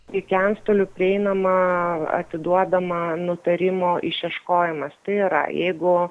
iki antstolių prieinama atiduodama nutarimo išieškojimas tai yra jeigu